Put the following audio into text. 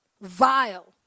Vile